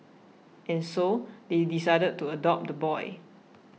and so they decided to adopt the boy